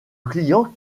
client